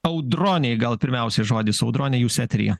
audronei gal pirmiausiai žodis audronei jūs eteryje